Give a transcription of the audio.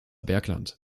bergland